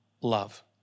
love